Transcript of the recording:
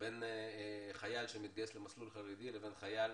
בין חייל שמתגייס למסלול חרדי לבין חייל